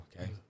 okay